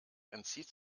entzieht